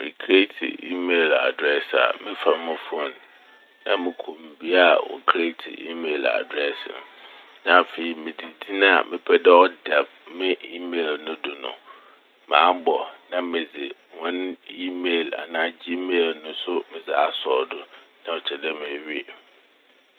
Merekreetse "email" adrɛse a mefa mo fone na mokɔ m' bea a wokreetse "email" adrɛse n' na afei medze dzin a mepɛ dɛ ɔda me "email" no do mabɔ na medze hɔn "email" anaa "gmail" no so medze asɔw do. Na ɔkyerɛ dɛ mewie.